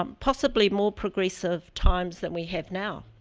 um possibly more progressive times than we have now.